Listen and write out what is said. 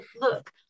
look